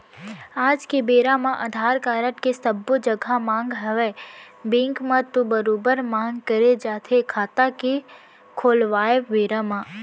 आज के बेरा म अधार कारड के सब्बो जघा मांग हवय बेंक म तो बरोबर मांग करे जाथे खाता के खोलवाय बेरा म